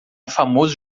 famoso